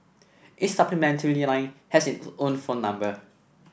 each supplementary line has its own phone number